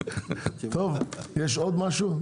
טוב, יש עוד משהו?